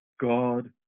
God